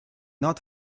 not